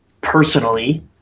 personally